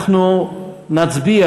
אנחנו נצביע,